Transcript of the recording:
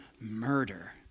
murder